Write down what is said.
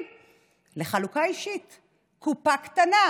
להפוך את מדינת ישראל למדינת כל אזרחיה,